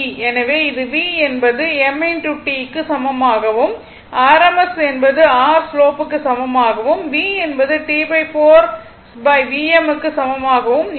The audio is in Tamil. எனவே இது v என்பது m T க்கு சமமாகவும் rms என்பது r ஸ்லோப் க்கு சமமாகவும் v என்பது T4 Vm க்கு சமமாகவும் இருக்கும்